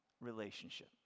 relationship